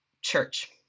church